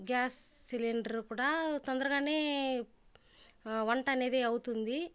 gas cylinder కూడా తొందరగానే వంట అనేది అవుతుంది